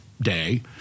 day